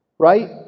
Right